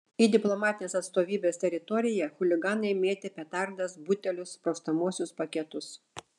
į diplomatinės atstovybės teritoriją chuliganai mėtė petardas butelius sprogstamuosius paketus